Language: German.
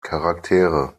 charaktere